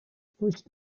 first